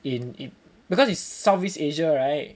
in it because it's South East Asia right